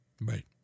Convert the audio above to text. Right